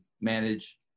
manage